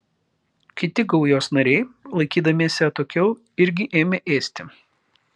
kiti gaujos nariai laikydamiesi atokiau irgi ėmė ėsti